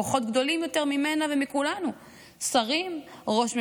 כוחות גדולים יותר ממנה ומכולנו, שרים, ראש ממשלה.